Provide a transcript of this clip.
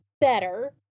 better